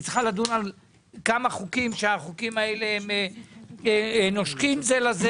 היא צריכה לדון בכמה חוקים שנושקים זה לזה.